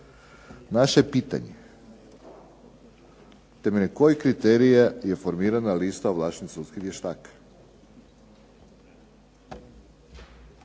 Naše je pitanje temeljem kojih kriterija je formirana lista ovlaštenih sudskih vještaka.